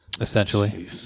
essentially